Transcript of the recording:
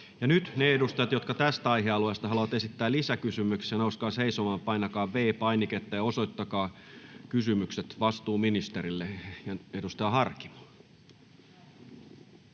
nyt ne edustajat, jotka tästä aihealueesta haluavat esittää lisäkysymyksiä, nouskaa seisomaan ja painakaa V-painiketta, ja osoittakaa kysymykset vastuuministerille. — Ja edustaja Harkimo.